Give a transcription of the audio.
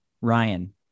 Ryan